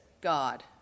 God